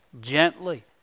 gently